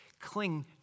cling